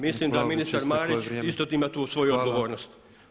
Mislim da ministar Marić isto ima tu svoju odgovornost.